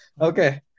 Okay